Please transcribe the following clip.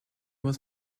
was